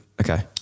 Okay